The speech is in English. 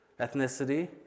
ethnicity